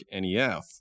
NEF